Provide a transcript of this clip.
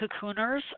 cocooners